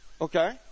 Okay